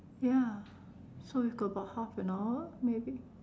ya so we got about half an hour maybe